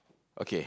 okay